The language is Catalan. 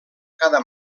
cada